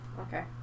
Okay